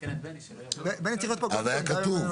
לפני שאנחנו מסיימים --- עוד לא